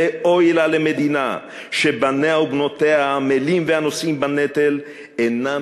ואוי לה למדינה שבניה ובנותיה העמלים והנושאים בנטל אינם